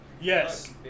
Yes